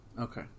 Okay